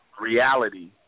reality